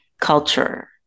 culture